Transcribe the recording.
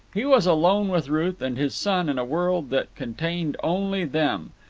he was alone with ruth and his son in a world that contained only them,